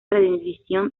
rendición